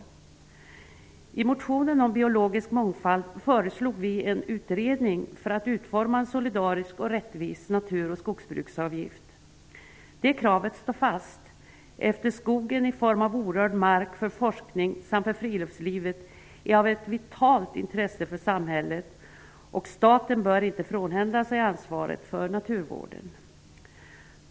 I vår motion om biologisk mångfald föreslog vi en utredning för utformning av en solidarisk och rättvis natur och skogsbruksavgift. Det kravet står fast, eftersom skogen i form av orörd mark för forskning samt för friluftslivet är av vitalt intresse för samhället. Staten bör inte frånhända sig ansvaret för naturvården.